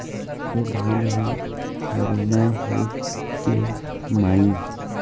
ए धान ह हरूना हे के माई?